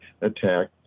attack